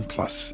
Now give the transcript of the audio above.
Plus